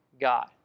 God